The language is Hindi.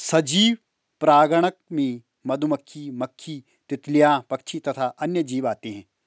सजीव परागणक में मधुमक्खी, मक्खी, तितलियां, पक्षी तथा अन्य जीव आते हैं